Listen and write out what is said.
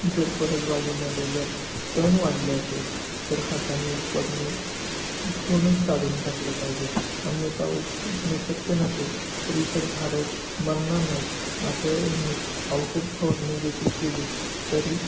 जर परस बागेमध्ये जर तण वाढले असेल तर हाताने उपटणे उपटूनच काढून टाकले पाहिजे अन्यथा उप उपटणे शक्य नसेल तरी इतर झाडं मरणार नाहीत असं ह्यानी औषधफवारणी देखील केली तरी